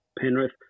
penrith